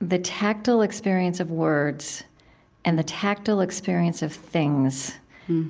the tactile experience of words and the tactile experience of things